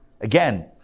Again